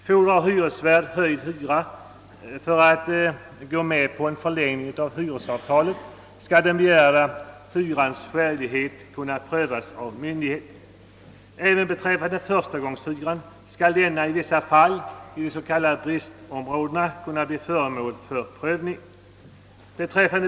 Fordrar hyresvärd höjd hyra för att gå med på en förlängning av hyresavtalet, skall den begärda hyrans skälighet kunna prövas av myndighet. Även »förstagångshyran» skall i vissa fall — i de s.k. bristområdena — kunna bli föremål för prövning.